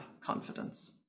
confidence